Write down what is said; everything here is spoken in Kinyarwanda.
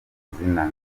mazina